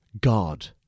God